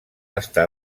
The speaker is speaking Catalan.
estar